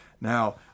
Now